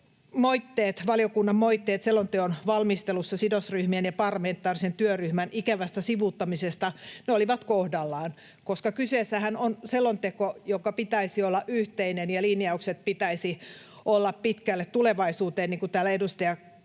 valiokunnan moitteet selonteon valmistelussa sidosryhmien ja parlamentaarisen työryhmän ikävästä sivuuttamisesta olivat kohdallaan, koska kyseessähän on selonteko, jonka pitäisi olla yhteinen, ja linjausten pitäisi olla pitkälle tulevaisuuteen, niin kuin